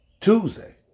Tuesday